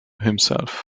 himself